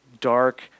dark